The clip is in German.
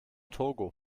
togo